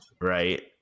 Right